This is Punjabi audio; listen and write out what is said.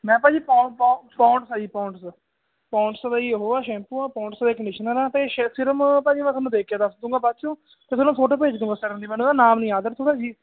ਮੈਂ ਭਾਅ ਜੀ ਪੋ ਪੋ ਪੋਂਡਸ ਐ ਜੀ ਪੋਂਡਸ ਪੋਂਡਸ ਦਾ ਹੀ ਉਹ ਸ਼ੈਂਪੂ ਆ ਪੋਂਜਸ ਦਾ ਹੀ ਕਡੀਸ਼ਨਰ ਆ ਤੇ ਸੀਰਪ ਭਾਅ ਜੀ ਮੈਂ ਦੇਖ ਕੇ ਦੱਸਦੂੰਗਾ ਬਾਅਦ ਚੋਂ ਤੇ ਫਿਰ ਫੋਟੋ ਭੇਜ ਦੂੰਗਾ ਸਿਰਮ ਦੀ ਮੈਨੂੰ ਉਹਦਾ ਨਾਮ ਨਹੀਂ ਯਾਦ ਥੋੜਾ ਜੀ